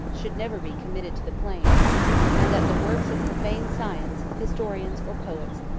should never be committed to the flames and that the works of profane science, historians or poets,